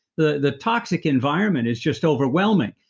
the the toxic environment is just overwhelming.